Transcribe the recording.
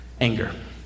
anger